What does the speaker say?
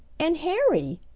and harry!